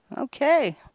Okay